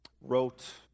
wrote